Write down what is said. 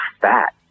fat